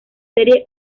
serie